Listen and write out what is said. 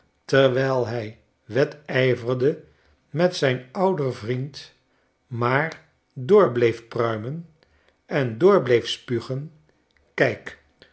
terwijl hij wedijverende met zijn ouder vriend maar door bleef pruimen en door bleef spugen kijk